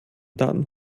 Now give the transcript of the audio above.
daten